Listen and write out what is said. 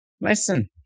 listen